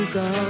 go